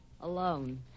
alone